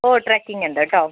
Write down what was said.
ഓ ട്രെക്കിങ്ങുണ്ട് കേട്ടോ